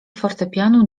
fortepianu